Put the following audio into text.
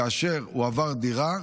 כאשר הוא עבר דירה,